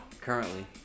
currently